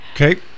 Okay